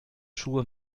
schuhe